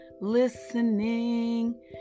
listening